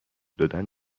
دادن